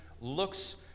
looks